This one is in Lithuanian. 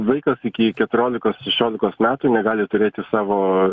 vaikas iki keturiolikos šešiolikas metų negali turėti savo